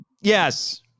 yes